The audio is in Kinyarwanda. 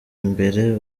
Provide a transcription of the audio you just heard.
imbere